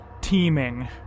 Teeming